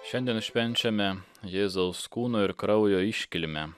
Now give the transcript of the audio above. šiandien švenčiame jėzaus kūno ir kraujo iškilmę